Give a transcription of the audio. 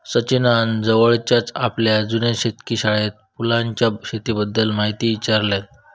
सचिनान जवळच्याच आपल्या जुन्या शेतकी शाळेत फुलांच्या शेतीबद्दल म्हायती ईचारल्यान